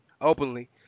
openly